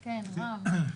כן, רם.